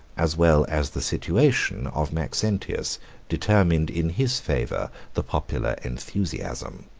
as well as the situation, of maxentius determined in his favor the popular enthusiasm.